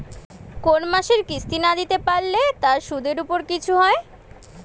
কোন মাসের কিস্তি না দিতে পারলে তার সুদের উপর কিছু হয়?